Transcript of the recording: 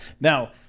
Now